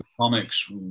comics